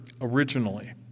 originally